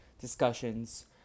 discussions